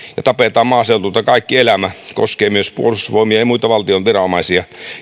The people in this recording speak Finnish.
ja tapetaan maaseudulta kaikki elämä koskee myös puolustusvoimia ja muita valtion viranomaisia